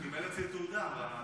הוא קיבל אצלי תעודה --- כן,